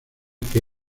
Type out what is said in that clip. que